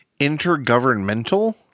Intergovernmental